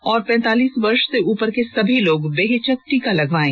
और पैंतालीस वर्ष से उपर के सभी लोग बेहिचक टीका लगवायें